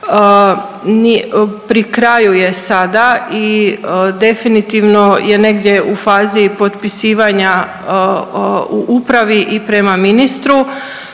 Pri kraju je sada i definitivno je negdje u fazi potpisivanja u upravi i prema ministru.